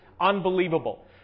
unbelievable